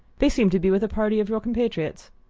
they seem to be with a party of your compatriots.